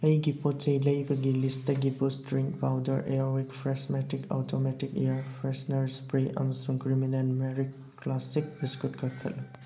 ꯑꯩꯒꯤ ꯄꯣꯠꯆꯩ ꯂꯩꯕꯒꯤ ꯂꯤꯁꯇꯒꯤ brush drink powder Airwick Freshmatic automatic air freshener spray ꯑꯃꯁꯨꯡ ꯀ꯭ꯔꯤꯃꯤꯅꯦꯜ ꯃꯦꯔꯤꯛ ꯀ꯭ꯂꯥꯁꯤꯛ ꯕꯤꯁꯀꯨꯠ ꯀꯛꯊꯠꯂꯨ